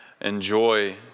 enjoy